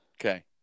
Okay